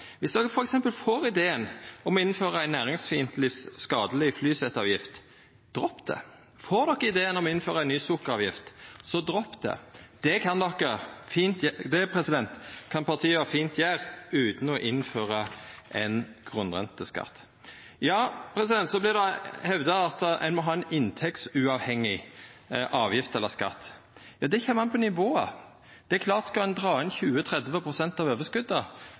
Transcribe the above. får ideen om å innføra ei næringsfiendtleg, skadeleg flyseteavgift, dropp det! Får ein ideen om å innføra ei ny sukkeravgift, dropp det! Det kan partia fint gjera utan å innføra ein grunnrenteskatt. Så vert det hevda at ein må ha ei inntektsuavhengig avgift eller skatt. Det kjem an på nivået. Det er klart at dersom ein skal dra inn 20–30 pst. av